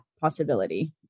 possibility